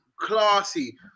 classy